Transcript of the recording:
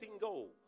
goals